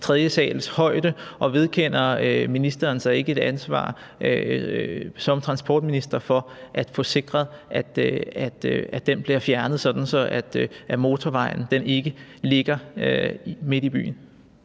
sals højde, og vedkender ministeren sig ikke et ansvar som transportminister for at få sikret, at den bliver fjernet, så motorvejen ikke ligger midt i byen?